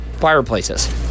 fireplaces